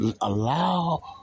Allow